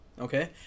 okay